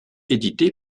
édité